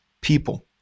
people